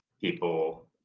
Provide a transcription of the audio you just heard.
people